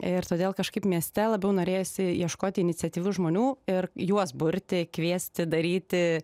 ir todėl kažkaip mieste labiau norėjosi ieškoti iniciatyvių žmonių ir juos burti kviesti daryti